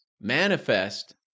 manifest